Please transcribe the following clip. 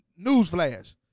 Newsflash